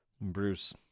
Bruce